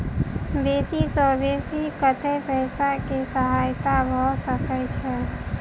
बेसी सऽ बेसी कतै पैसा केँ सहायता भऽ सकय छै?